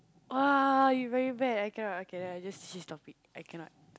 !wah! you very bad I cannot I cannot I just s~ stop it I cannot